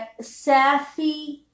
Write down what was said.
Safi